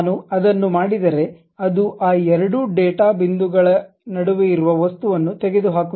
ನಾನು ಅದನ್ನು ಮಾಡಿದರೆ ಅದು ಆ ಎರಡು ಡೇಟಾ ಬಿಂದುಗಳ ನಡುವೆ ಇರುವ ವಸ್ತುವನ್ನು ತೆಗೆದುಹಾಕುತ್ತದೆ